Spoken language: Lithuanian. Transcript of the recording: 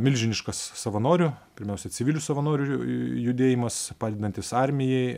milžiniškas savanorių pirmiausia civilių savanorių judėjimas padedantis armijai